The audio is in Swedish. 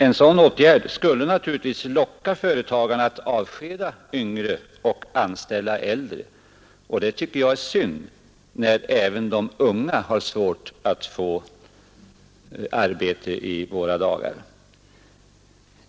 En sådan åtgärd skulle naturligtvis locka företagarna att avskeda yngre och anställa äldre, och det tycker jag är synd när även de unga har svårt att få arbete i våra dagar.